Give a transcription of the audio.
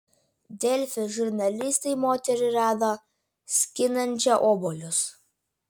delfi žurnalistai moterį rado skinančią obuolius